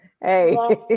Hey